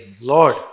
Lord